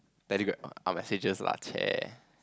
telegram oh messages lah !chey!